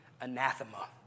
anathema